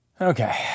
Okay